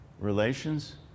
relations